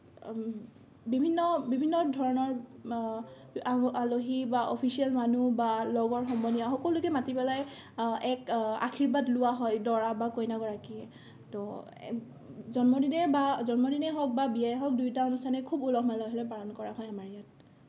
বিভিন্ন বিভিন্ন ধৰণৰ আলহী বা অফিচিয়েল মানুহ বা লগৰ সমনীয়া সকলোকে মাতি পেলাই এক আশীৰ্বাদ লোৱা হয় দৰা বা কইনা গৰাকীয়ে ত' জন্মদিনেই বা জন্মদিনেই হওক বা বিয়াই হওক দুয়োটা অনুস্থানেই খুব উলহ মালহেৰে পালন কৰা হয় আমাৰ ইয়াত